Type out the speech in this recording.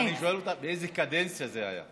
אני שואל אותך באיזו קדנציה זה היה.